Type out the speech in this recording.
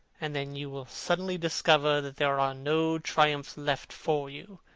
and then you will suddenly discover that there are no triumphs left for you,